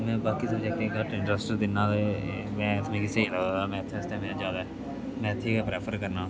मैं बाकी सब्जेक्टें च घट्ट इंटरस्ट दिन्ना ते एह् मैथ मिगी स्हेई लगदा मैथे आस्तै मैं ज्यादा मैथै गै प्रेफर करना